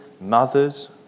mothers